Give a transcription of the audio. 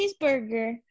cheeseburger